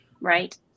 Right